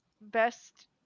best